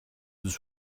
τους